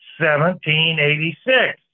1786